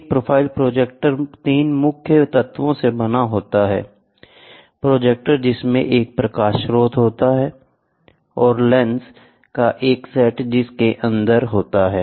एक profile projector 3 मुख्य तत्वों से बना है प्रोजेक्टर जिसमें एक प्रकाश स्रोत होता है और लेंस का एक सेट इसके अंदर होता है